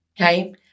Okay